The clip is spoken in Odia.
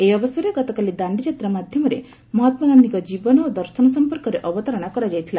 ଏହି ଅବସରରେ ଗତକାଲି ଦାଣ୍ଡିଯାତ୍ରା ମାଧ୍ୟମରେ ମହାତ୍ମା ଗାନ୍ଧୀଙ୍କ ଜୀବନ ଓ ଦର୍ଶନ ସଂପର୍କରେ ଅବତାରଣା କରାଯାଇଥିଲା